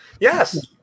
yes